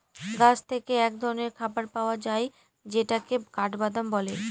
গাছ থেকে এক ধরনের খাবার পাওয়া যায় যেটাকে কাঠবাদাম বলে